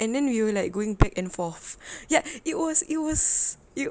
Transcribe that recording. and then we were like going back and forth ya it was it was you